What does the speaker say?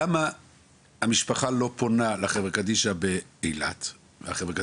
למה המשפחה לא פונה לחברה קדישא באילת והאחרונה